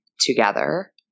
together